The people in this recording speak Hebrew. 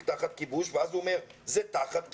תחת כיבוש" ואז הוא אומר: "זה תחת כיבוש".